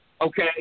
Okay